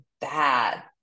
bad